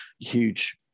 huge